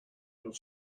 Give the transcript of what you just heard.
your